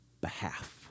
behalf